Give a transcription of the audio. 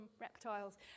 reptiles